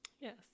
Yes